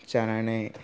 जानानै